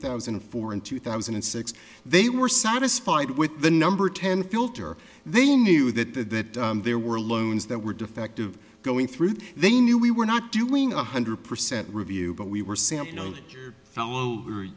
thousand and four and two thousand and six they were satisfied with the number ten filter they knew that there were loans that were defective going through they knew we were not doing a hundred percent review but we were samp no fell over